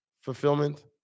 fulfillment